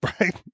right